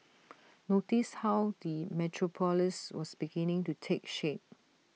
notice how the metropolis was beginning to take shape